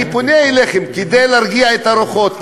אני פונה אליכם כדי להרגיע את הרוחות,